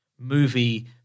movie